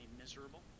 miserable